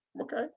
Okay